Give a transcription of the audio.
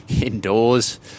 indoors